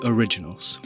Originals